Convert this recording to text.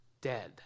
dead